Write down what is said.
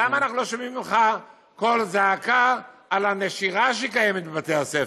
למה אנחנו לא שומעים אותה קול זעקה על הנשירה שקיימת מבתי הספר?